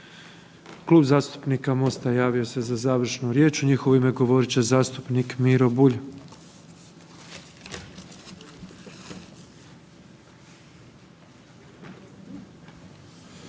Klub zastupnika MOST-a javio se za završnu riječ u njihovo ime govorit će zastupnik Miro Bulj.